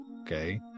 okay